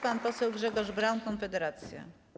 Pan poseł Grzegorz Braun, Konfederacja.